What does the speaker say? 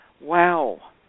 Wow